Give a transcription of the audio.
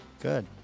Good